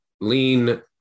lean